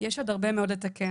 יש עוד הרבה מאוד לתקן.